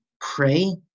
pray